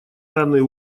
данный